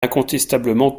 incontestablement